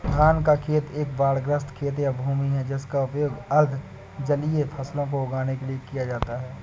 धान का खेत एक बाढ़ग्रस्त खेत या भूमि है जिसका उपयोग अर्ध जलीय फसलों को उगाने के लिए किया जाता है